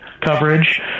coverage